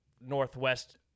northwest